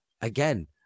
again